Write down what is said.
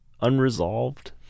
unresolved